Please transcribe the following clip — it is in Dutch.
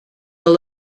wel